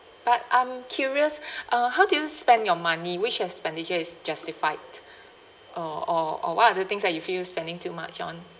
but I'm curious uh how do you spend your money which expenditure is justified or or or what are the things that you feel spending too much on